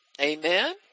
Amen